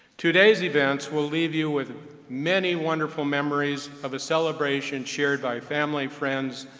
today's events will leave you with many wonderful memories of a celebration shared by family, friends,